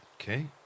Okay